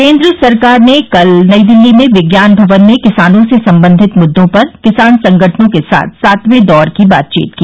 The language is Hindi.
केन्द्र सरकार ने कल नई दिल्ली में विज्ञान भवन में किसानों से संबंधित मुद्दों पर किसान संगठनों के साथ सातवें दौर की बातचीत की